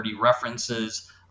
references